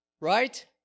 right